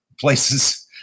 places